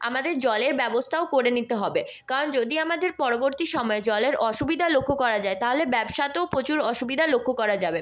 আমাদের জলের ব্যবস্থাও করে নিতে হবে কারণ যদি আমাদের পরবর্তী সময়ে জলের অসুবিধা লক্ষ্য করা যায় তাহলে ব্যবসাতেও প্রচুর অসুবিধা লক্ষ্য করা যাবে